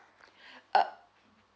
uh